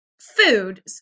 food